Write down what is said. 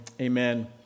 Amen